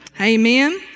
Amen